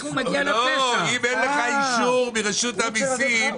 אם אין לך אישור מרשות המיסים,